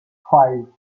five